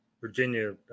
Virginia